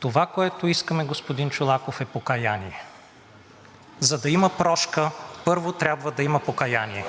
Това, което искаме, господин Чолаков, е покаяние. За да има прошка, първо трябва да има покаяние.